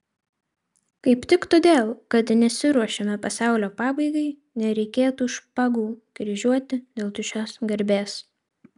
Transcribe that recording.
kaip tik todėl kad nesiruošiame pasaulio pabaigai nereikėtų špagų kryžiuoti dėl tuščios garbės